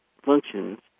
functions